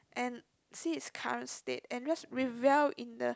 and see it's current state and just reveal in the